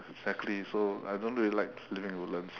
exactly so I don't really like living in woodlands